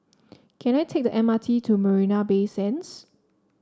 can I take the M R T to Marina Bay Sands